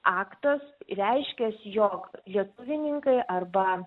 aktas reiškęs jog lietuvininkai arba